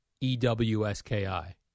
E-W-S-K-I